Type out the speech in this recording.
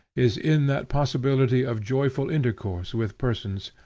is in that possibility of joyful intercourse with persons,